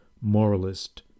moralist